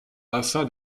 afin